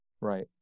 right